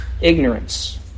ignorance